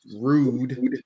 rude